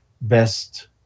best